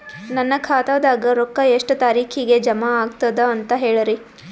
ನನ್ನ ಖಾತಾದಾಗ ರೊಕ್ಕ ಎಷ್ಟ ತಾರೀಖಿಗೆ ಜಮಾ ಆಗತದ ದ ಅಂತ ಹೇಳರಿ?